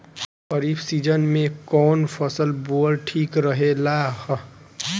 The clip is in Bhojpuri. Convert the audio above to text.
खरीफ़ सीजन में कौन फसल बोअल ठिक रहेला ह?